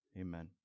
Amen